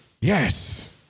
yes